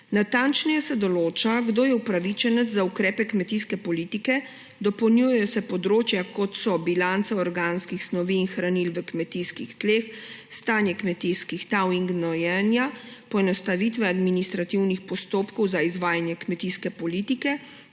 Natančneje se določa, kdo je upravičenec za ukrepe kmetijske politike, dopolnjujejo se področja, kot so bilanca organskih snovi in hranil v kmetijskih tleh, stanje kmetijskih tal in gnojenja, poenostavitve administrativnih postopkov za izvajanje kmetijske politike